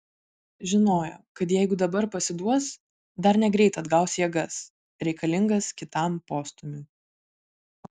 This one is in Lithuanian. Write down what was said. žinojo kad jeigu dabar pasiduos dar negreit atgaus jėgas reikalingas kitam postūmiui